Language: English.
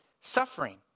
suffering